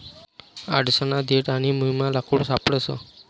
आडसना देठ आणि मुयमा लाकूड सापडस